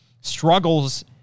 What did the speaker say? struggles